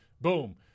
boom